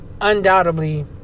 undoubtedly